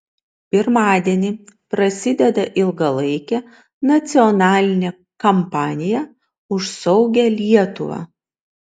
pirmadienį prasideda ilgalaikė nacionalinė kampanija už saugią lietuvą